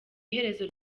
iherezo